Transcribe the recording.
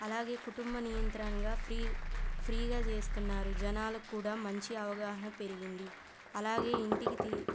అలాగే కుటుంబ నియంత్రణగా ఫ్రీ ఫ్రీగా చేస్తున్నారు జనాల క్కూడా మంచి అవగాహన పెరిగింది అలాగే ఇంటికి తి